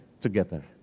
together